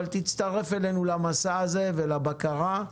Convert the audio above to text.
תצטרף אלינו למסע הזה ולבקרה.